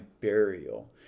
burial